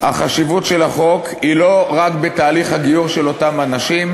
החשיבות של החוק היא לא רק בתהליך הגיור של אותם אנשים,